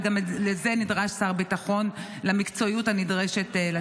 וגם לזה נדרש שר ביטחון למקצועיות הנדרשת.